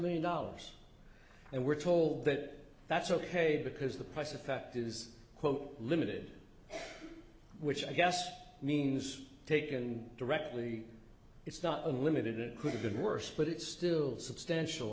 million dollars and we're told that that's ok because the price effect is quote limited which i guess means taken directly it's not unlimited it could've been worse but it's still substantial